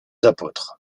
apôtres